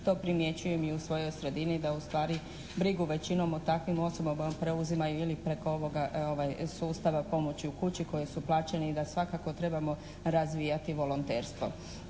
To primjećujem i u svojoj sredini da ustvari brigu većinom o takvim osobama preuzimaju ili preko ovoga sustava pomoći u kući koji su plaćeni, da svakako trebamo razvijati volonterstvo.